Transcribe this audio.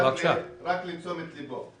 רק לתשומת ליבו.